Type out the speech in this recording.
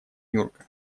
нюрка